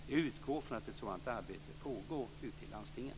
Jag utgår från att ett sådant arbete pågår ute i landstingen.